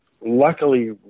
luckily